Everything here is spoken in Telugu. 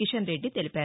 కిషన్ రెడ్డి తెలిపారు